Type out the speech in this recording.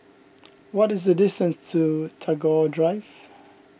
what is the distance to Tagore Drive